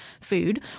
food